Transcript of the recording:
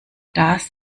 das